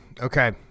Okay